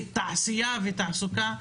תעשייה ותעסוקה,